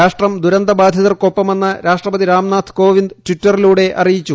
രാഷ്ട്രം ദുരന്ത ബാധിതർക്കൊപ്പമെന്ന് രാഷ്ട്രപതി രാംനാഥ് കോവിന്ദ് ട്വിറ്ററിലൂടെ അറിയിച്ചു